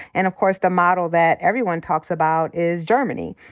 and of course the model that everyone talks about is germany,